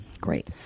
Great